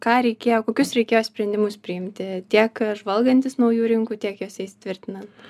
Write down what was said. ką reikėjo kokius reikėjo sprendimus priimti tiek žvalgantis naujų rinkų tiek jose įsitvirtinant